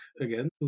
again